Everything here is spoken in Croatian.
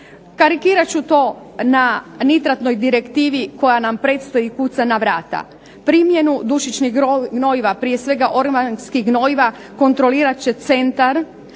Karikirat ću to na Nitratnoj direktivi koja nam predstoji i kuca na vrata. Primjenu dušičnih gnojiva, prije svega organskih goriva, kontrolirat će centar